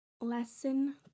Lesson